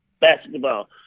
basketball